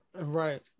Right